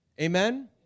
Amen